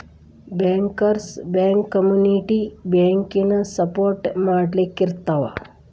bankers bank community ಬ್ಯಾಂಕನ support ಮಾಡ್ಲಿಕ್ಕಿರ್ತಾವ